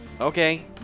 Okay